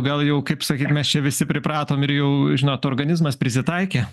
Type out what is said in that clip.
gal jau kaip sakyt mes čia visi pripratom ir jau žinot organizmas prisitaikė